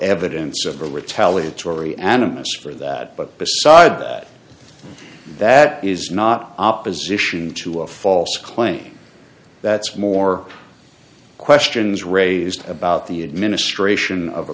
evidence of a retaliatory animists for that but besides that is not opposition to a false claim that's more questions raised about the administration of a